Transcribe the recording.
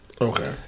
okay